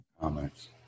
Comments